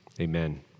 Amen